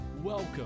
Welcome